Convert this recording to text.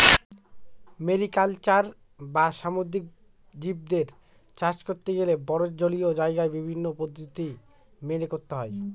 mariculture বা সামুদ্রিক জীবদের চাষ করতে গেলে বড়ো জলীয় জায়গায় বিভিন্ন পদ্ধতি মেনে করতে হয়